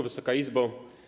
Wysoka Izbo!